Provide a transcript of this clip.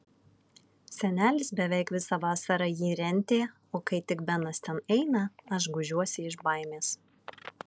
senelis beveik visą vasarą jį rentė o kai tik benas ten eina aš gūžiuosi iš baimės